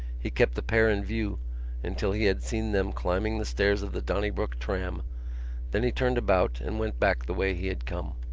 he kept the pair in view until he had seen them climbing the stairs of the donnybrook tram then he turned about and went back the way he had come.